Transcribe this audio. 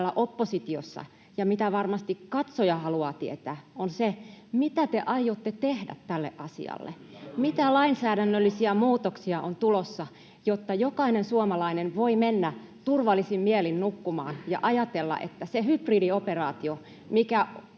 oppositiossa ja mitä varmasti katsoja haluaa tietää, on se, mitä te aiotte tehdä tälle asialle. [Perussuomalaisten ryhmästä: Kyllä, ja koska!] Mitä lainsäädännöllisiä muutoksia on tulossa, jotta jokainen suomalainen voi mennä turvallisin mielin nukkumaan ja ajatella, että se hybridioperaatio, mikä